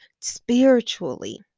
spiritually